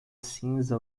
cinza